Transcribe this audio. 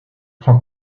prend